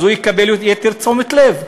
אז הוא יקבל תשומת לב,